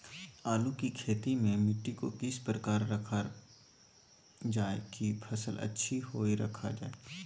आलू की खेती में मिट्टी को किस प्रकार रखा रखा जाए की फसल अच्छी होई रखा जाए?